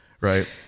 Right